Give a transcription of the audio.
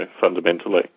fundamentally